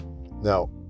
Now